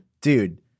dude